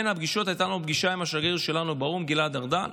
בין הפגישות הייתה לנו פגישה עם השגריר שלנו באו"ם גלעד ארדן.